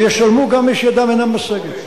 וישלמו גם מי שידם אינה משגת.